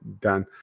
done